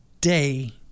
Day